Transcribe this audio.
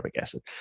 acid